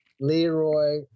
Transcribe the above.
Leroy